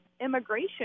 immigration